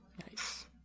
Nice